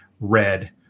red